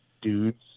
dudes